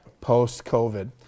Post-COVID